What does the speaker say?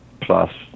plus